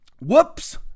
Whoops